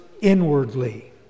inwardly